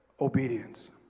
obedience